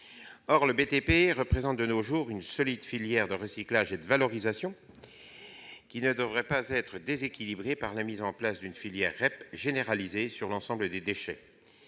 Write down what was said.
du BTP, dispose d'une solide filière de recyclage et de valorisation, qui ne devrait pas être déséquilibrée par la mise en place d'une filière REP généralisée sur l'ensemble des déchets.